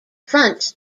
fronts